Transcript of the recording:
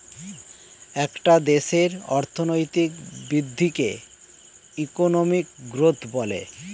একটা দেশের অর্থনৈতিক বৃদ্ধিকে ইকোনমিক গ্রোথ বলে